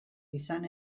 izan